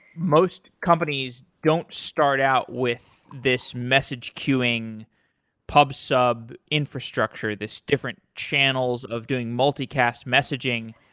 most companies don't start out with this message queuing pub sub infrastructure, this different channels of doing multicast messaging.